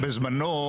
בזמנו,